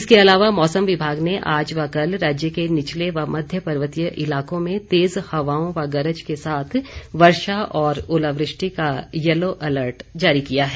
इसके अलावा मौसम विभाग ने आज व कल राज्य के निचले व मध्यपर्वतीय इलाकों में तेज हवाओं व गरज के साथ वर्षा और ओलावृष्टि का यलो अलर्ट जारी किया है